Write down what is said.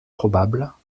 probables